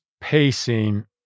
pacing